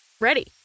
ready